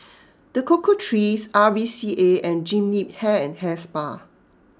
The Cocoa Trees R V C A and Jean Yip Hair and Hair Spa